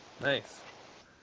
Nice